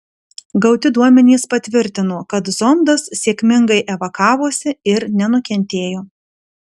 gauti duomenys patvirtino kad zondas sėkmingai evakavosi ir nenukentėjo